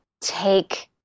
take